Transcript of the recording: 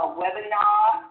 webinar